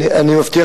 תודה.